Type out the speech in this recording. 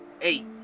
eight